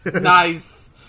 Nice